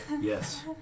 Yes